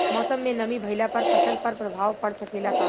मौसम में नमी भइला पर फसल पर प्रभाव पड़ सकेला का?